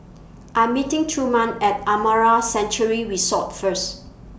I'm meeting Truman At Amara Sanctuary Resort First